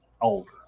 older